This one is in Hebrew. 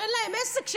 שאין להם עסק,